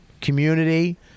Community